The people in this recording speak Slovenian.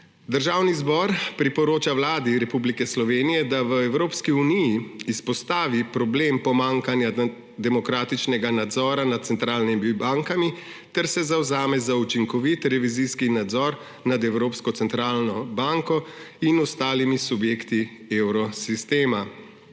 Državni zbor priporoča Vladi Republike Slovenije, da v Evropski uniji izpostavi problem pomanjkanja demokratičnega nadzora nad centralnimi bankami ter se zavzame za učinkovit revizijski nadzor nad Evropsko centralno banko in ostalimi subjekti Evrosistema.